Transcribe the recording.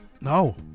No